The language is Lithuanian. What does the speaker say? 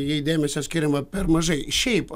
jai dėmesio skiriama per mažai šiaip